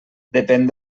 depèn